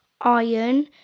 iron